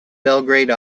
belgrade